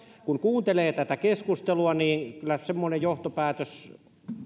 kun kuuntelee tätä keskustelua niin kyllä semmoinen johtopäätös